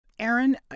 Aaron